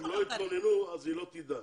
אם לא יתלוננו, היא לא תדע.